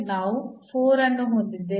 ನಾವು 4 ಅನ್ನು ಹೊಂದಿದ್ದೇವೆ